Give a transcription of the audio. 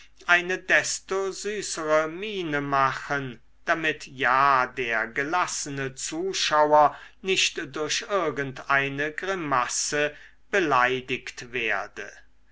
eine desto süßere miene machen damit ja der gelassene zuschauer nicht durch irgend eine grimasse beleidigt werde